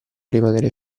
rimanere